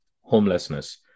Homelessness